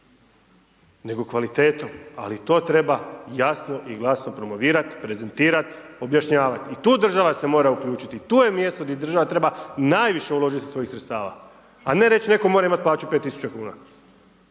nego kvalitetom, ali to treba jasno i glasno promovirati, prezentirati, objašnjavati i tu država se mora uključiti, tu je mjesto gdje država treba najviše uložiti svojih sredstava, a ne reći netko mora imati plaću 5.000,00